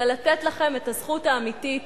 אלא לתת לכן את הזכות האמיתית